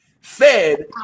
fed